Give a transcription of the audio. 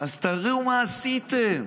תראו מה עשיתם,